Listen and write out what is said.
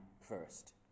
first